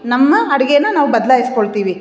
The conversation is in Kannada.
ನಮ್ಮ ಅಡಿಗೆನ ನಾವು ಬದ್ಲಾಯಿಸ್ಕೊಳ್ತಿವಿ